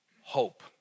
hope